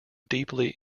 deeply